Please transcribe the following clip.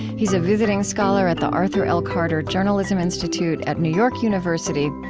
he's a visiting scholar at the arthur l. carter journalism institute at new york university.